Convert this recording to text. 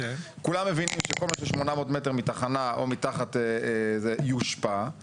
כולם מבינים שכל מה ש-800 מטר מתחנה או מתחת זה יושפע.